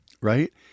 Right